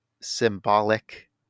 symbolic